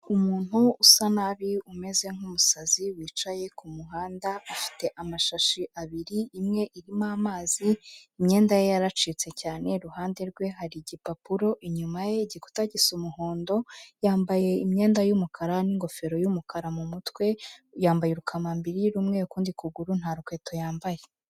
Umuntu usa nabi umeze nk'umusazi wicaye ku muhanda afite amashashi abiri, imwe irimo amazi imyenda ye yaracitse cyane, iruhande rwe hari igipapuro, inyuma ye igikuta gisa umuhondo, yambaye imyenda y'umukara n'ingofero y'umukara mu mutwe, yambaye urukamambiri rumweru ukundi kuguru nta rukweto yambaye.